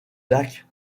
lac